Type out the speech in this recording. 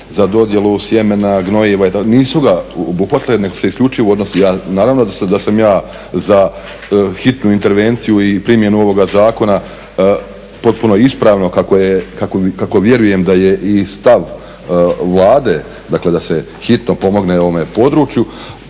za dodjelu sjemena, gnojiva itd., nisu ga obuhvatile nego se isključivo odnosi. Naravno da sam ja za hitnu intervenciju i primjenu ovoga zakona potpuno ispravno, kako vjerujem da je i stav Vlade dakle da se hitno pomogne ovome području.